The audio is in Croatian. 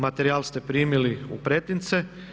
Materijal ste primili u pretince.